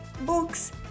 books